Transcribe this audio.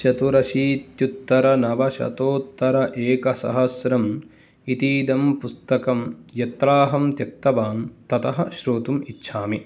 चतुरशीत्युत्तरनवशतोत्तर एकसहस्रं इतीदं पुस्तकं यत्राहं त्यक्तवान् ततः श्रोतुम् इच्छामि